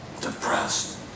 depressed